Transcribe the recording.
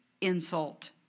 insult